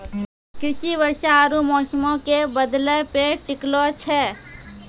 कृषि वर्षा आरु मौसमो के बदलै पे टिकलो छै